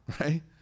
right